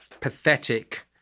pathetic